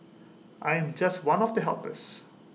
I am just one of the helpers